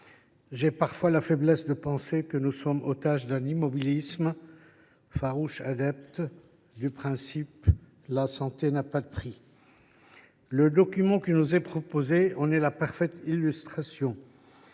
J’ai parfois la faiblesse de penser que nous sommes otages d’un immobilisme dont les tenants sont de farouches adeptes du principe :« la santé n’a pas de prix ». Le document qui nous est ici proposé en est la parfaite illustration.